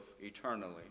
eternally